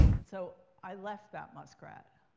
and so, i left that muskrat.